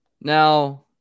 Now